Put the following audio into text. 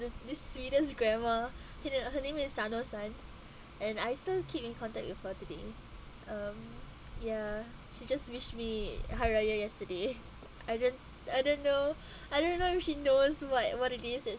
this sweetest grandma her name is sano-san and I still keep in contact with her today um ya she just wished me hari raya yesterday I mean I don't know I don't know if she knows what what it is is